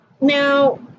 Now